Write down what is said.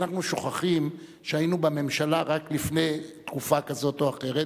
שאנחנו שוכחים שהיינו בממשלה רק לפני תקופה כזאת או אחרת